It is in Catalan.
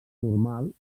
normal